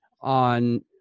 on